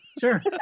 Sure